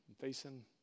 facing